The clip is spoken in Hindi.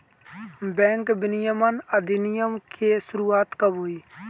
बैंक विनियमन अधिनियम की शुरुआत कब हुई?